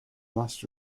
must